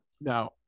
Now